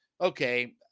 Okay